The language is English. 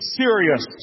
serious